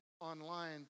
online